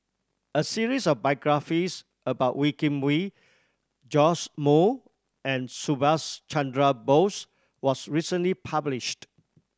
a series of biographies about Wee Kim Wee Joash Moo and Subhas Chandra Bose was recently published